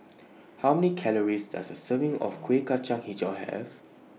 How Many Calories Does A Serving of Kueh Kacang Hijau Have